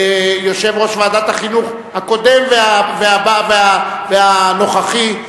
הקודם והנוכחי,